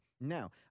Now